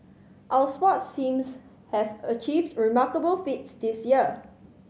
our sports teams have achieved remarkable feats this year